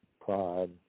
pride